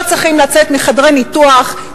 לא צריכים לצאת מחדרי ניתוח,